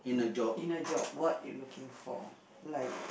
in a job what you looking for like